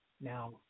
Now